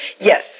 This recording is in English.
Yes